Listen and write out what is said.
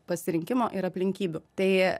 pasirinkimo ir aplinkybių tai